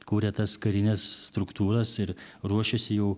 kūrė tas karines struktūras ir ruošėsi jau